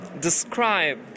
describe